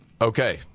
Okay